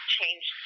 change